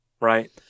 right